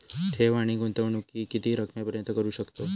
ठेव आणि गुंतवणूकी किती रकमेपर्यंत करू शकतव?